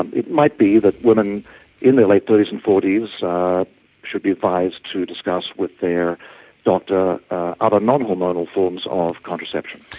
ah it might be that women in their late thirty s and forty s should be advised to discuss with their doctor other non-hormonal forms of contraception.